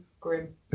Grim